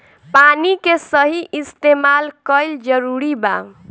पानी के सही इस्तेमाल कइल जरूरी बा